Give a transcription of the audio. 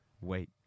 Wait